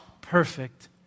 perfect